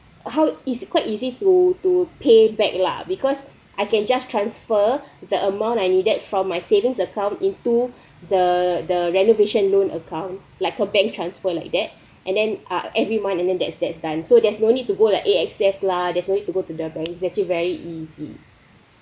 how is it quite easy to to pay back lah because I can just transfer the amount I needed from my savings account into the the renovation loan account like a bank transfer like that and then uh every month and then that's that's done so there's no need to go like A_X_S lah there's no need to go to the banks it's actually very easy